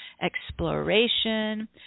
exploration